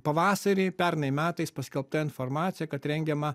pavasarį pernai metais paskelbta informacija kad rengiama